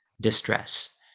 distress